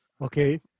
Okay